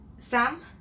Sam